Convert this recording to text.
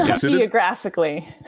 Geographically